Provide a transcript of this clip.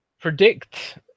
predict